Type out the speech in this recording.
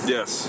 Yes